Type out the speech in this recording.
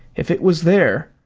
if it was there,